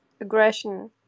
aggression